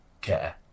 care